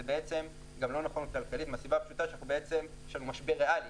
זה גם לא נכון כלכלי מהסיבה הפשוטה שיש לנו משבר ריאלי,